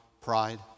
pride